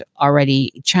already